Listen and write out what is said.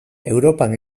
europan